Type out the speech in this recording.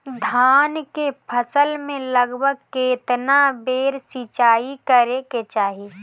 धान के फसल मे लगभग केतना बेर सिचाई करे के चाही?